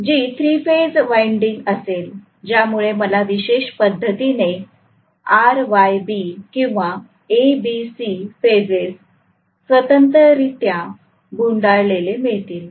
जी three phase winding असेल ज्यामुळे मला विशेष पद्धतीने आर वाय बी किंवा ए बी सी फेजेस स्वतंत्ररित्या गुंडाळलेले मिळतील